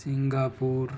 Singapore